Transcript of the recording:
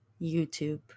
YouTube